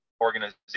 organization